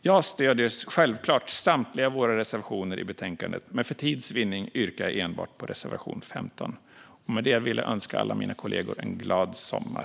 Jag stöder självklart samtliga våra reservationer i betänkandet, men för tids vinning yrkar jag bifall enbart till reservation 15. Jag önskar alla mina kollegor en glad sommar.